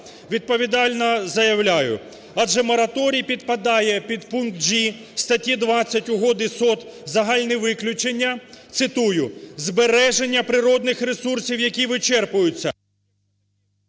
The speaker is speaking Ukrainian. Відповідально заявляю, адже мораторій підпадає під пункт (g) статті ХХ Угоди СОТ "Загальні виключення". Цитую: "збереження природних ресурсів, які вичерпуються…"